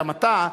גם אתה,